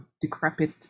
decrepit